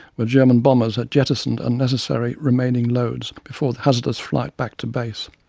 where german bombers had jettisoned unnecessary remaining loads before the hazardous flight back to base.